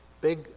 big